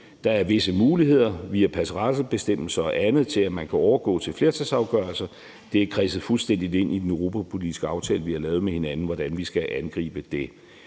Der er visse muligheder via passerellebestemmelser og andet for, at man kan overgå til flertalsafgørelser. Det er kredset fuldstændig ind i den europapolitiske aftale, vi har lavet med hinanden, hvordan vi skal angribe det.